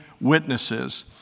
witnesses